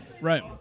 right